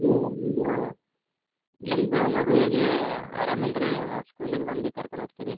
ಇದು ನಿಮ್ಮದು ನಿಮ್ಮದು ಮಗುವಿಗೆ ಆರಾಮಿಲ್ಲ ರೀ ಅವ ಸ್ಕೂಲಿಗೆ ಬಂದು ಕರ್ಕೊಂಡು ಹೋಗ್ತೀರಿ